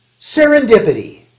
Serendipity